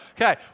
Okay